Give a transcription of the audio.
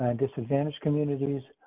and disadvantage communities.